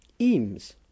Eames